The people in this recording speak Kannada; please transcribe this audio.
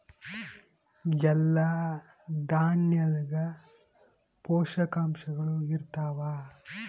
ಎಲ್ಲಾ ದಾಣ್ಯಾಗ ಪೋಷಕಾಂಶಗಳು ಇರತ್ತಾವ?